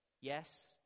Yes